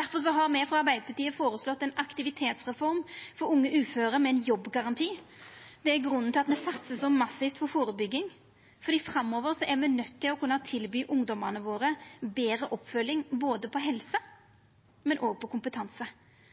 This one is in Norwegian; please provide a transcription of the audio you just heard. Difor har me frå Arbeidarpartiet føreslått ein aktivitetsreform for unge uføre, med ein jobbgaranti. Det er grunnen til at me satsar så massivt på førebygging, for framover er me nøydde til å kunna tilby ungdomane våre betre oppfølging, både på helse og på kompetanse,